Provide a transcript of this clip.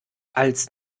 als